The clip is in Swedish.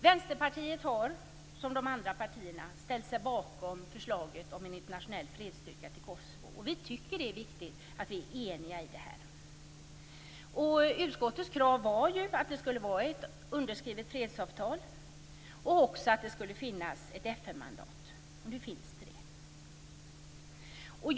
Vänsterpartiet har, som de andra partierna, ställt sig bakom förslaget om en internationell fredsstyrka i Kosovo. Vi tycker att det är viktigt att vi är eniga. Utskottets krav var ju att det skulle vara ett underskrivet fredsavtal och också att det skulle finnas ett FN-mandat. Nu finns det.